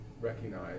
recognize